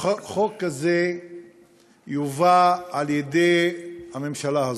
שחוק כזה יובא על-ידי הממשלה הזאת.